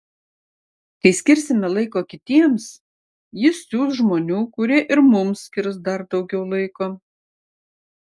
kai skirsime laiko kitiems jis siųs žmonių kurie ir mums skirs dar daugiau laiko